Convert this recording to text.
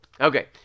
okay